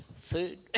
food